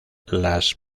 las